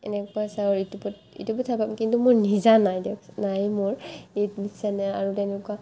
এনেকুৱা চাওঁ ইউটিউবত এইটো কথা ক'ম কিন্তু মোৰ নিজা নাই নাই মোৰ ইউটিউব চেনেল আৰু তেনেকুৱা